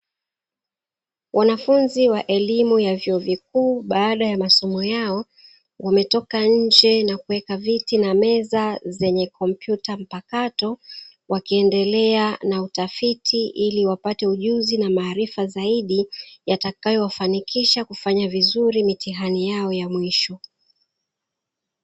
Wanafunzi wa elimu ya vyuo vikuu baada ya masomo yao, wametoka nje na kuweka viti na meza zenye kompyuta mpakato, wakiendelea na utafiti ili wapate ujuzi na maarifa zaidi yatakayowafanikisha kufanya vizuri mitihani yao ya mwisho.